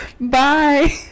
Bye